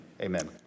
Amen